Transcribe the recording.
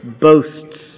boasts